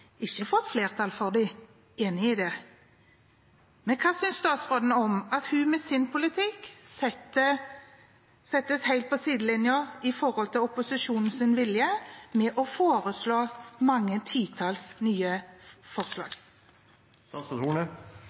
enig i det, men hva synes statsråden om at hun med sin politikk settes helt på sidelinjen i forhold til opposisjonens vilje til å foreslå mange titalls nye forslag?